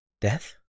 Death